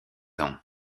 ans